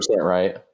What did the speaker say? right